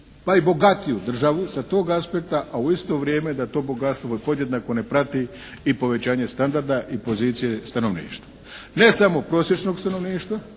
pa i bogatiju državu sa toga aspekta a u isto vrijeme da to bogatstvo podjednako ne prati i povećanje standarda i pozicije stanovništva. Ne samo prosječnog stanovništva,